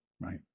right